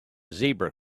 zebra